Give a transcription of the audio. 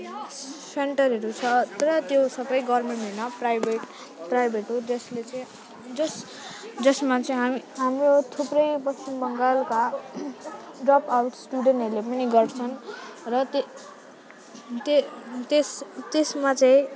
सेन्टरहरू छ तर त्यो सबै गोभर्मेन्ट हैन प्राइभेट प्राइभेट हो जसले चाहिँ जस जसमा चाहिँ हामी हाम्रो थुप्रै पश्चिम बङ्गालका ड्रपआउट्स स्टुडेन्टहरूले पनि गर्छन् र त्य त्य त्यस त्यसमा चाहिँ